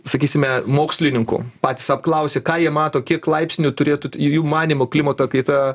sakysime mokslininkų patys apklausė ką jie mato kiek laipsnių turėtų ir jų manymu klimato kaita